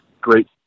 great